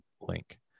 link